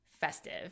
festive